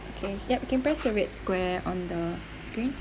okay yup you can press the red square on the screen